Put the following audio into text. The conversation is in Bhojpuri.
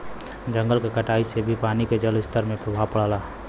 जंगल के कटाई से भी पानी के जलस्तर में प्रभाव पड़ला